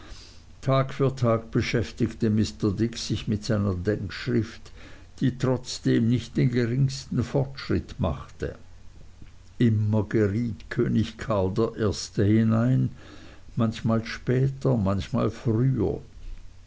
tag für tag beschäftigte mr dick sich mit seiner denkschrift die trotzdem nicht den geringsten fortschritt machte immer geriet könig karl i hinein manchmal später manchmal früher